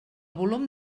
volum